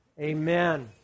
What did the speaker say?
amen